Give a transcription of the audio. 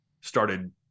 started